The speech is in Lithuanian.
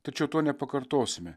tačiau to nepakartosime